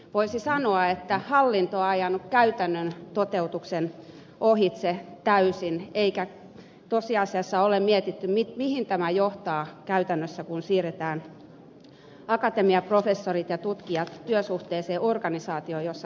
voisi sanoa että hallinto on ajanut käytännön toteutuksen ohitse täysin eikä tosiasiassa ole mietitty mihin tämä johtaa käytännössä kun siirretään akatemiaprofessorit ja tutkijat työsuhteeseen organisaatioon jossa he työskentelevät